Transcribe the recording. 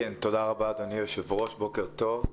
תודה רבה, אדוני היושב-ראש, בוקר טוב.